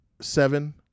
seven